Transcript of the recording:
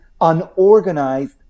unorganized